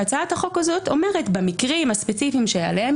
הצעת החוק הזאת אומרת שבמקרים הספציפיים שעליהם